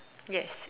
yes